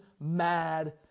mad